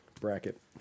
bracket